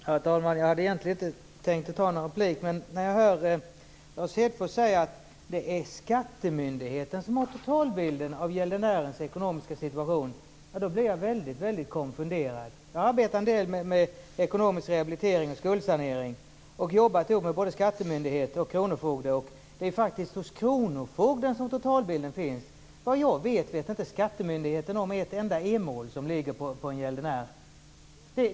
Herr talman! Jag hade egentligen inte tänkt begära någon replik, men när jag hörde Lars Hedfors säga att det är skattemyndigheten som har totalbilden över gäldenärens ekonomiska situation blev jag väldigt konfunderad. Jag har arbetat en del med ekonomisk rehabilitering och skuldsanering, och jag har då jobbat både med skattemyndigheter och med kronofogdar. Det är faktiskt hos kronofogden som totalbilden finns. Såvitt jag vet känner skattemyndigheten inte till ett enda enskilt mål som ligger på en gäldenär.